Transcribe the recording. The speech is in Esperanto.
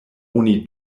oni